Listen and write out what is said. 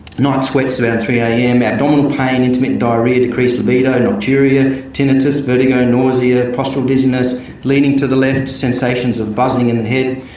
night sweats around three am, abdominal pain, intermittent diarrhoea, decreased libido, nocturia, tinnitus, vertigo, nausea, postural dizziness, leaning to the left, sensations of buzzing in the head,